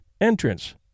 entrance